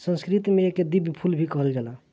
संस्कृत में एके दिव्य फूल भी कहल जाला